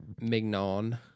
mignon